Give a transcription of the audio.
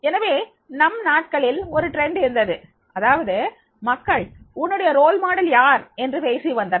எனவே நம் நாட்களில் ஒரு போக்கு இருந்தது அதாவது மக்கள் உன்னுடைய முன்மாதிரி யார் என்று பேசி வந்தனர்